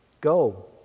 Go